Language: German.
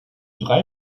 drei